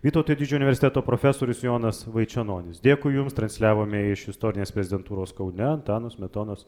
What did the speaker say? vytauto didžiojo universiteto profesorius jonas vaičenonis dėkui jums transliavome iš istorinės prezidentūros kaune antano smetonos